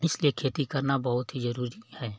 इसलिए खेती करना बहुत ही जरूरी है